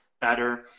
better